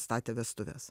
statė vestuves